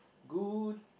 good